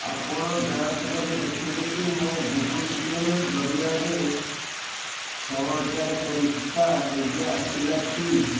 ଆପଣ ଯାଞ୍ଚ କରି ଦେଖିବେ କି ମୋ ଗୁଗଲ୍ ପେ ଜରିଆରେ ଛଅ ହଜାର ଟଙ୍କା ଏବେ ଆସିଲା କି